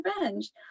revenge